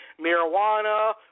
marijuana